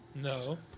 No